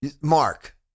Mark